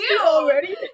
already